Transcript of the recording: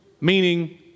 Meaning